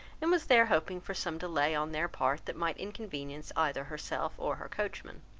and was there hoping for some delay on their part that might inconvenience either herself or her coachman.